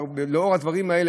לנוכח הדברים האלה,